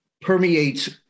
permeates